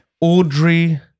Audrey